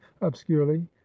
obscurely